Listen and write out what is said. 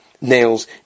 nails